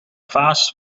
vaas